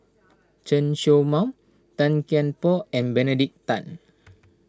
Chen Show Mao Tan Kian Por and Benedict Tan